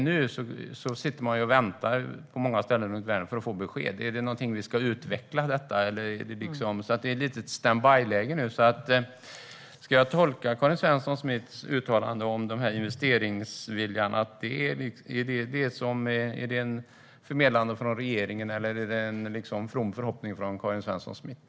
Nu sitter man på många ställen runt Vänern och väntar på besked: Är det någonting som man ska utveckla? Det är ett standbyläge nu. Ska jag tolka Karin Svensson Smiths uttalande om investeringsvilja som att det är förmedlat från regeringen, eller är det en from förhoppning från Karin Svensson Smith?